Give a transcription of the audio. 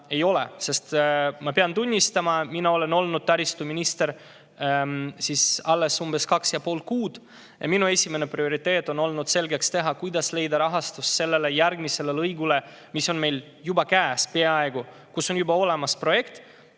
ma pean tunnistama, mina olen olnud taristuminister alles umbes kaks ja pool kuud. Minu prioriteet on olnud selgeks teha, kuidas leida rahastust sellele järgmisele lõigule, mis on meil juba peaaegu [töös], millel on projekt